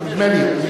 יכול להיות, נדמה לי.